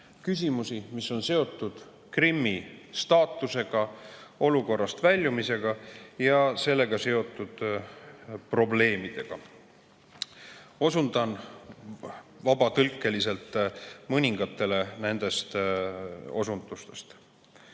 küsimusi, mis on seotud Krimmi staatusega, olukorrast väljumisega ja sellega seotud probleemidega. Osundan vabatõlkeliselt mõningatele nendest osundustest.